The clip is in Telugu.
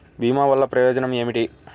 భీమ వల్లన ప్రయోజనం ఏమిటి?